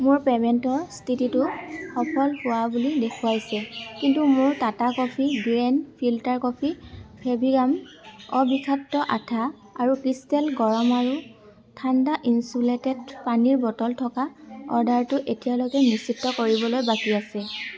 মোৰ পে'মেণ্টৰ স্থিতিটো সফল হোৱা বুলি দেখুৱাইছে কিন্তু মোৰ Tata coffee grand filter coffee Fevigum অবিষাক্ত আঠা আৰু ক্ৰিষ্টেল গৰম আৰু ঠাণ্ডা ইনচুলেটেড পানীৰ বটল থকা অৰ্ডাৰটো এতিয়ালৈকে নিশ্চিত কৰিবলৈ বাকী আছে